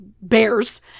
bears